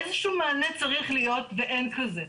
איזה שהוא מענה צריך להיות, ואין כזה.